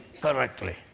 correctly